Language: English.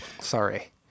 sorry